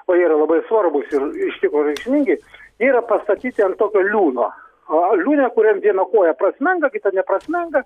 o jie yra labai svarbūs ir iš tikro reikšmingi jie yra pastatyti ant tokio liūno a liūne kuriam viena koja prasmenga kita neprasmenga